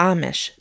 Amish